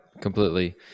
completely